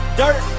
dirt